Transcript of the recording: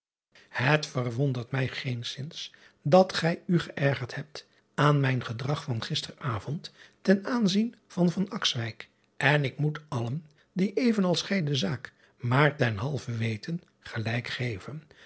et verwondert mij geenszins dat gij u geërgerd hebt aan mijn gedrag van gister avond ten aanzien van en ik moet allen die even als gij de zaak maar ten halve weten gelijk geven